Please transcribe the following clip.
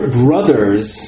brothers